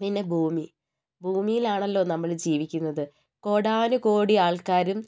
പിന്നെ ഭൂമി ഭൂമിയിലാണല്ലോ നമ്മൾ ജീവിക്കുന്നത് കോടാനുകോടി ആൾക്കാരും